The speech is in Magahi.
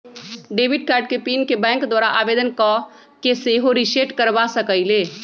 डेबिट कार्ड के पिन के बैंक द्वारा आवेदन कऽ के सेहो रिसेट करबा सकइले